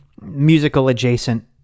musical-adjacent